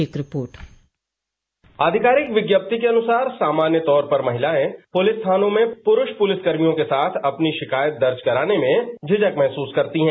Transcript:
एक report dispatch आधिकारिक विज्ञप्ति के अनुसार सामान्य तौर पर महिलाएं पुलिस थानों में पुरुष पुलिसकर्मियों के साथ अपनी शिकायत दर्ज कराने में झिझक महसूस करती हैं